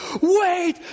wait